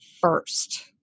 first